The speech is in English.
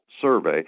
Survey